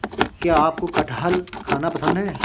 क्या आपको कठहल खाना पसंद है?